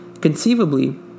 Conceivably